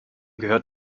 gehört